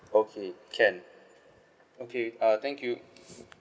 okay can okay uh thank you